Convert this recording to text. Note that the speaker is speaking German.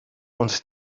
und